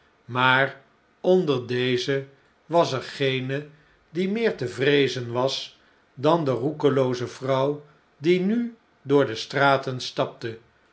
maar onder deze was er geene die meer te vreezen was dan de roekelooze vrouw die nu door de straten stapte